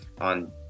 on